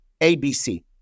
ABC